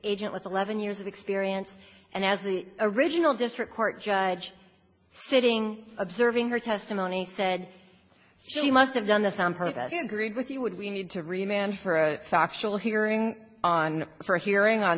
agent with eleven years of experience and as the original district court judge sitting observing her testimony said she must have done this on purpose and greed with you would we need to remember for a factual hearing on her hearing on